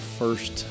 first